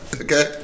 okay